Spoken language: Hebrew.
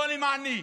לא למעני,